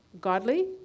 Godly